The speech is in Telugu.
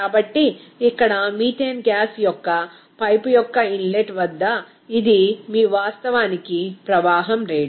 కాబట్టి ఇక్కడ మీథేన్ గ్యాస్ యొక్క పైపు యొక్క ఇన్లెట్ వద్ద ఇది మీ వాస్తవానికి ప్రవాహం రేటు